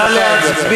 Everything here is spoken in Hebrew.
אה, אדוני השר,